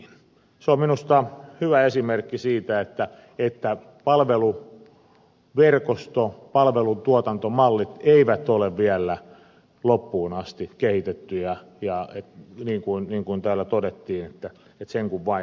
se on minusta hyvä esimerkki siitä että palveluverkosto ja palvelun tuotantomallit eivät ole vielä loppuun asti kehitettyjä niin kuin täällä todettiin että sen kun vain toimitaan